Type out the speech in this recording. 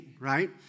Right